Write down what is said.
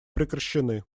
прекращены